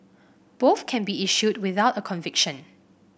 both can be issued without a conviction